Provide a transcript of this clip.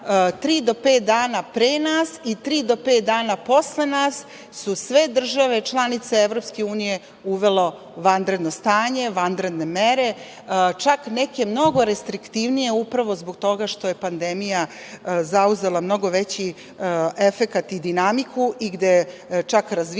pet dana pre nas i tri do pet dana posle nas su sve države članice EU uvele vanredno stanje, vanredne mere, čak neke mnogo restriktivinije upravo zbog toga što je pandemija zauzela mnogo veći efekat i dinamiku i gde čak razvijene